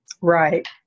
Right